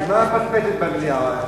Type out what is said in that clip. בשביל מה הפטפטת במליאה?